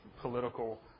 political